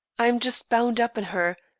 i am just bound up in her,